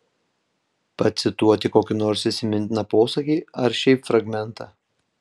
pacituoti kokį nors įsimintiną posakį ar šiaip fragmentą